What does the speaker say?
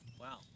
Wow